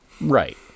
Right